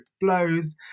blows